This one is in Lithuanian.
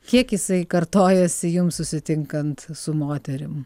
kiek jisai kartojasi jums susitinkant su moterim